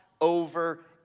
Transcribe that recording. over